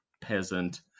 peasant